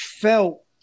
felt